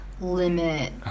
limit